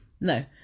No